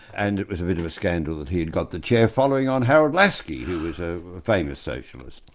and it was a bit of a scandal that he'd got the chair following on howard lasky, who was a famous socialist.